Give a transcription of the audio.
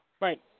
Right